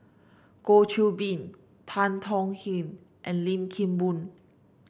Goh Qiu Bin Tan Tong Hye and Lim Kim Boon